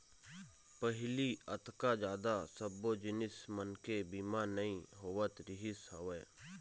पहिली अतका जादा सब्बो जिनिस मन के बीमा नइ होवत रिहिस हवय